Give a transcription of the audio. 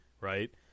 right